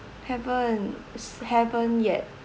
haven't haven't yet